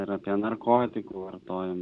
ir apie narkotikų vartojimą